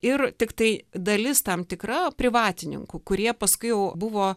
ir tiktai dalis tam tikra privatininkų kurie paskui jau buvo